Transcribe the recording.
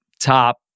top